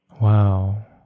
Wow